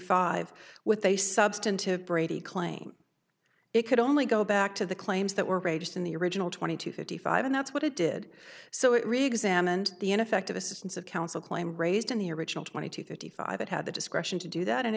five with a substantive brady claim it could only go back to the claims that were greatest in the original twenty two thirty five and that's what it did so it reexamined the ineffective assistance of counsel claim raised in the original twenty two thirty five that had the discretion to do that and